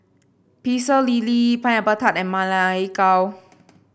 Pecel Lele Pineapple Tart and Ma Lai Gao